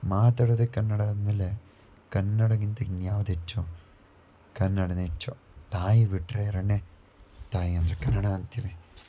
ಮಾತಾಡೋದೇ ಕನ್ನಡ ಅಂದ ಮೇಲೆ ಕನ್ನಡಕ್ಕಿಂತ ಇನ್ಯಾವ್ದು ಹೆಚ್ಚು ಕನ್ನಡವೇ ಹೆಚ್ಚು ತಾಯಿ ಬಿಟ್ಟರೆ ಎರಡನೇ ತಾಯಿ ಅಂದರೆ ಕನ್ನಡ ಅಂತೀನಿ